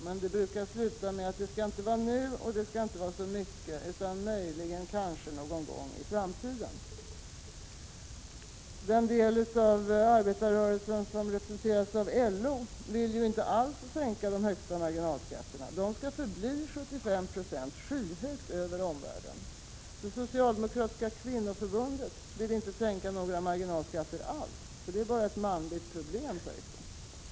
Men det brukar sluta med att det inte skall vara nu och det skall inte vara så mycket, utan möjligen, kanske, någon gång i framtiden. Den del av arbetarrörelsen som representeras av LO vill inte alls sänka de högsta marginalskatterna. De skall förbli 75 96, skyhögt över omvärldens. Socialdemokratiska kvinnoförbundet vill inte sänka några marginalskatter alls, ”för det är bara ett manligt problem”, sägs det.